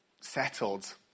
settled